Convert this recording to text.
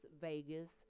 Vegas